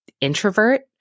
introvert